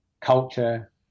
culture